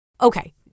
Okay